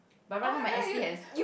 but right now my s_p has